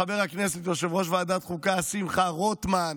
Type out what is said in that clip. ולחבר הכנסת ויושב-ראש ועדת חוקה שמחה רוטמן,